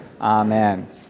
Amen